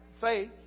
Faith